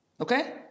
Okay